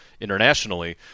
internationally